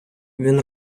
він